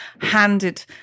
handed